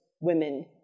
women